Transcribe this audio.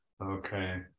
okay